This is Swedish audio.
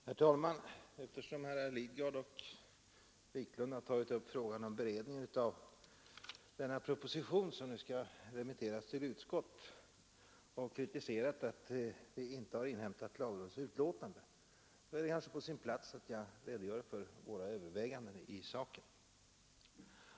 Herr talman! Eftersom herrar Lidgard och Wiklund i Stockholm har tagit upp frågan om beredningen av den proposition som nu skall remitteras till utskott och kritiserat att vi inte inhämtat lagrådets utlåtande, är det kanske på sin plats att jag redogör för våra överväganden i saken.